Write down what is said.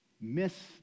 miss